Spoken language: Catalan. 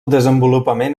desenvolupament